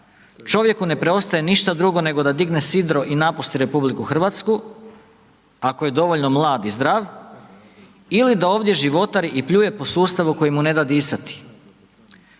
čovjeku ne preostaje ništa drugo nego da digne sidro i napusti RH ako je dovoljno mlad i zdrav ili da ovdje životari i pljuje po sustavu koji mu ne da disati.